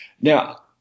Now